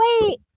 wait